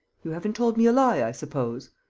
you haven't told me a lie, i suppose?